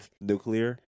nuclear